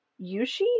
Yushi